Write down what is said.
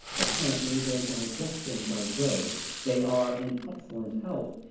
apparently their digestions are good, they are in excellent health,